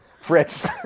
Fritz